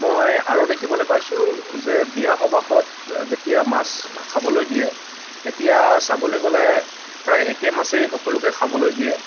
মই আৰু দেখিবলৈ পাইছোঁ যে বিয়া সবাহত যেতিয়া মাছ খাবলৈ দিয়ে তেতিয়া চাবলৈ গ'লে প্ৰায় একেই মাছেই সকলোকে খাবলৈ দিয়ে